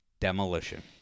Demolition